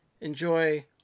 Enjoy